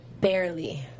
barely